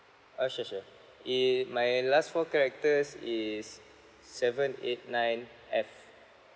oh sure sure it my last four characters is seven eight nine F